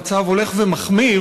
המצב הולך ומחמיר,